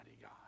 God